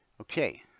okay